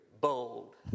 bold